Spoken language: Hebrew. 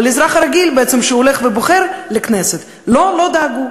ולאזרח הרגיל שהולך ובוחר לכנסת לא דאגו.